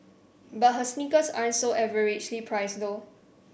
but her sneakers aren't so averagely priced though